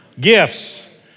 Gifts